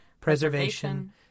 preservation